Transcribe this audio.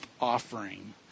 offering